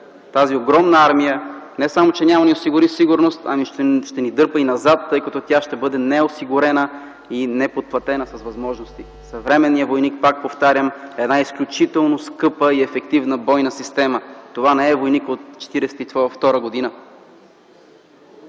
тази огромна армия не само, че няма да ни даде сигурност, но ще ни дърпа и назад, тъй като тя ще бъде неосигурена и неподплатена с възможности. Съвременният войник, пак повтарям, е една изключително скъпа и ефективна бойна система. Това не е войникът от 1942 г.